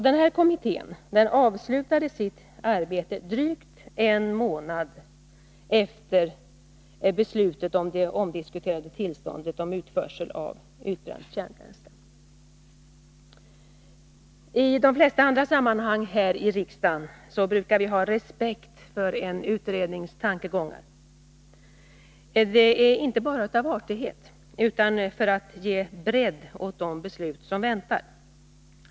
Den här kommittén avslutade sitt arbete drygt en månad efter beslutet om det omdiskuterade tillståndet om utförsel av utbränt kärnbränsle. I de flesta andra sammanhang här i riksdagen brukar vi ha respekt för en utrednings tankegångar — inte bara av artighet utan för att ge bredd åt de beslut som väntar.